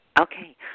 Okay